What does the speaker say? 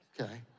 Okay